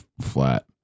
flat